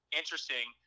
interesting